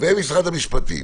ומשרד המשפטים,